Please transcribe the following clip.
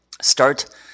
Start